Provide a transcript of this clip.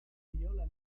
viola